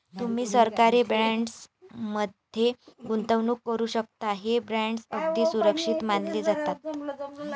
तुम्ही सरकारी बॉण्ड्स मध्ये गुंतवणूक करू शकता, हे बॉण्ड्स अगदी सुरक्षित मानले जातात